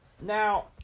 Now